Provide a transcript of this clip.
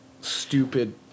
stupid